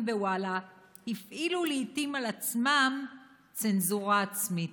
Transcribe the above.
בוואלה הפעילו לעיתים על עצמם 'צנזורה עצמית'."